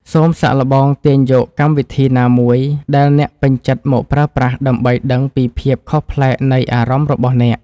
សូមសាកល្បងទាញយកកម្មវិធីណាមួយដែលអ្នកពេញចិត្តមកប្រើប្រាស់ដើម្បីដឹងពីភាពខុសប្លែកនៃអារម្មណ៍របស់អ្នក។